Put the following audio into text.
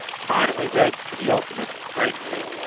finally led to the ultimate breakthrough.